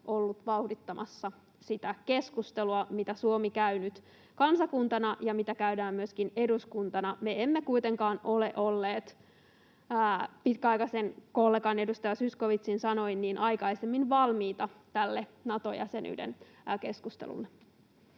ollut vauhdittamassa sitä keskustelua, mitä Suomi käy nyt kansakuntana ja mitä käydään myöskin eduskuntana. Me emme kuitenkaan ole olleet pitkäaikaisen kollegan, edustaja Zyskowiczin, sanoin aikaisemmin valmiita tälle Nato-jäsenyyden keskustelulle.